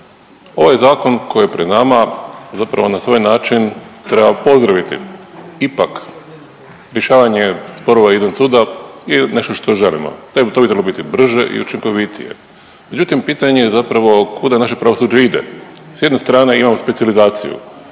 Ovaj zakon koji je pred nama zapravo na svoj način treba pozdraviti. Ipak rješavanje sporova izvan suda je nešto što želimo. To bi trebalo biti brže i učinkovitije. Međutim, pitanje je zapravo kuda naše pravosuđe ide. S jedne strane imamo specijalizaciju